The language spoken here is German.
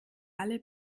alle